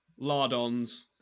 lardons